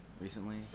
recently